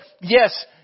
yes